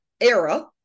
era